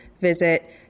visit